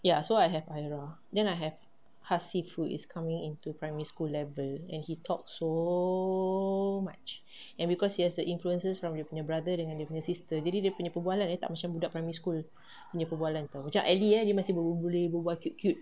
ya so I have aira then I have hasif who is coming into primary school level and he talks so much and because he has the influences from dia punya brother and sister jadi dia punya perbualan tak macam budak primary school punya perbualan macam elly masih boleh berbual cute cute